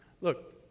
Look